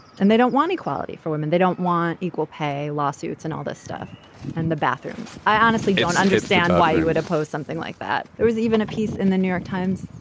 and they don't want equality for women. they don't want equal pay lawsuits and all this stuff and the bathrooms. i honestly don't understand why you would oppose something like that. there was even a piece in the new york times,